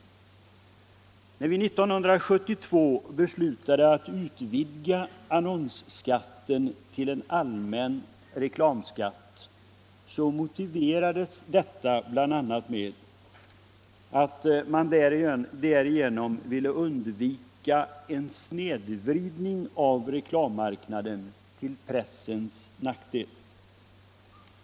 När riksdagen 1972 beslöt att utvidga annonsskatten till en allmän reklamskatt, motiverades detta bl.a. med att man därigenom ville undvika en snedvridning av reklammarknaden till pressens nackdel.